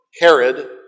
Herod